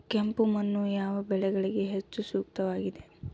ಕೆಂಪು ಮಣ್ಣು ಯಾವ ಬೆಳೆಗಳಿಗೆ ಹೆಚ್ಚು ಸೂಕ್ತವಾಗಿದೆ?